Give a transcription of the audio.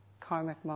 karmic